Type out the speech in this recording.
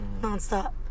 nonstop